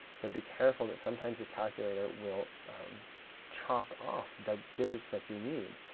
so be careful that sometimes your calculator will chop off the digits that you need.